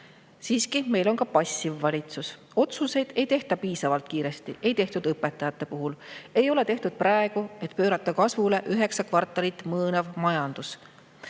Siiski, meil on ka passiv valitsus. Otsuseid ei tehta piisavalt kiiresti. Ei tehtud õpetajate puhul ja ei ole tehtud praegu, et pöörata kasvule üheksa kvartalit mõõnav majandus.